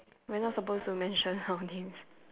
we're not supposed to mention our names